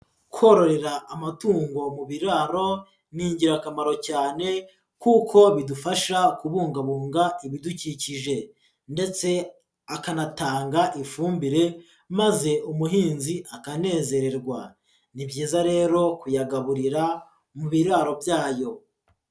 Kororera amatungo mu biraro, ni ingirakamaro cyane kuko bidufasha kubungabunga ibidukikije, ndetse akanatanga ifumbire maze umuhinzi akanezererwa, ni byiza rero kuyagaburira mu biraro byayo.